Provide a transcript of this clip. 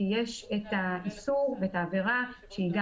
אני אסמיך אותו כי בנוסחאות או בכתיבה אני לא